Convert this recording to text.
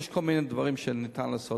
יש כל מיני דברים שניתן לעשות.